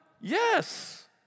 Yes